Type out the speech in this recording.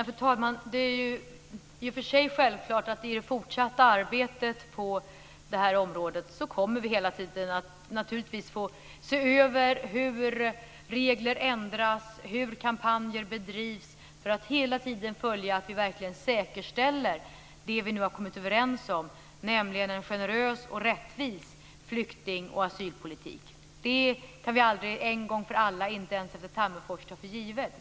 Fru talman! Det är självklart att vi i det fortsatta arbetet kommer att få se över hur regler ändras, hur kampanjer bedrivs, för att hela tiden följa att vi verkligen säkerställer det vi har kommit överens om, nämligen en generös och rättvis flykting och asylpolitik. Inte ens efter Tammerforsmötet kan vi en gång för alla ta det för givet.